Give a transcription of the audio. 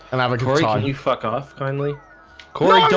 and avatar yeah and you fuck off kindly